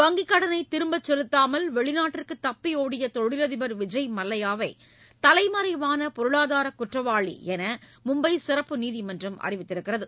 வங்கிக் கடனை திரும்ப செலுத்தாமல் வெளிநாட்டிற்கு தப்பியோடிய தொழிலதிபர் விஜய்மல்லையாவை தலைமறைவான பொருளாதார குற்றவாளி என மும்பை சிறப்பு நீதிமன்றம் அறிவித்துள்ளது